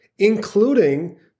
including